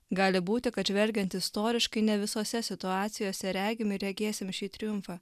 gali būti kad žvelgiant istoriškai ne visose situacijose regim ir regėsim šį triumfą